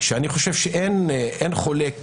שאני חושב שאין חולק